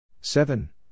seven